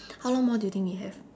how long more do you think we have